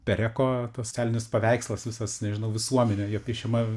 pereko tas socialinis paveikslas visas nežinau visuomenė jo piešiama